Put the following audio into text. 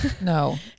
No